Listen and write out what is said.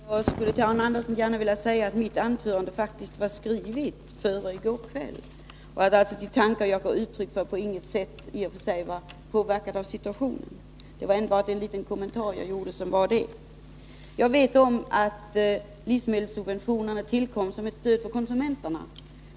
Herr talman! Jag skulle gärna vilja säga till Arne Andersson i Ljung att mitt anförande faktiskt var skrivet före gårdagskvällen och att de tankar jag gav uttryck för alltså på inget sätt var påverkade av den situationen. Detta var enbart en liten kommentar. Jag vet om att livsmedelssubventionerna tillkom som ett stöd för konsumenterna.